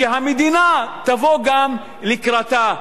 שהמדינה תבוא גם לקראתה,